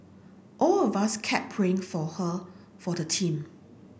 all of us kept praying for her for the team